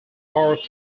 more